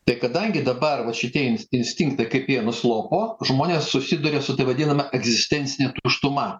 tai kadangi dabar va šitie ins instinktai kaip jie nuslopo žmonės susiduria su ta vadinama egzistencine tuštuma